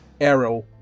arrow